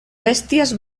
bèsties